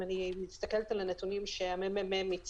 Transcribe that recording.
אם אני מסתכלת על הנתונים שמרכז המחקר